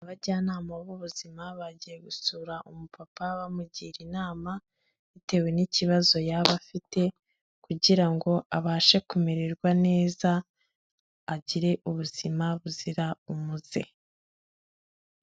Abajyanama b'ubuzima bagiye gusura umupapa, bamugira inama bitewe n'ikibazo yaba afite kugira ngo abashe kumererwa neza, agire ubuzima buzira umuze.